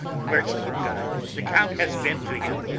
merciful god! the count has been to him,